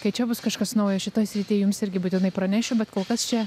kai čia bus kažkas nauja šitoj srity jums irgi būtinai pranešiu bet kol kas čia